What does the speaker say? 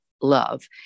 love